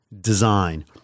design